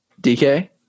DK